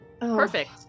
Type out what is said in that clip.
Perfect